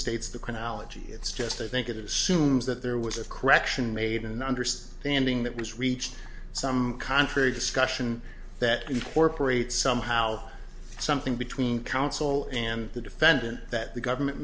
states the chronology it's just i think it assumes that there was a correction made in the understanding that was reached some contrary discussion that incorporates somehow something between counsel and the defendant that the government